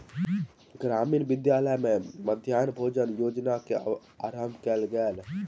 ग्रामीण विद्यालय में मध्याह्न भोजन योजना के आरम्भ कयल गेल